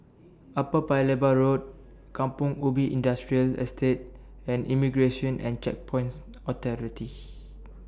Upper Paya Lebar Road Kampong Ubi Industrial Estate and Immigration and Checkpoints Authority